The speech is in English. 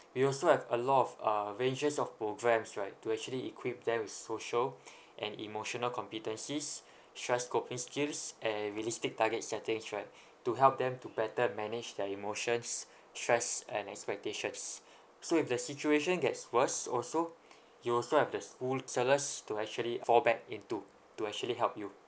we also have a lot of uh ranges of programmes right to actually equip them with social and emotional competencies stress coping skills and realistic target settings right to help them to better manage their emotions stress and expectations so if the situation gets worse or so he also have the school counsellors to actually fall back into to actually help you